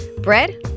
Bread